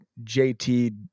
JT